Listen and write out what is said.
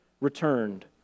returned